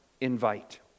Invite